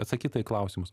atsakyta į klausimus